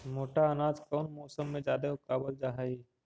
मोटा अनाज कौन मौसम में जादे उगावल जा हई?